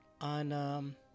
On